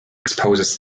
exposes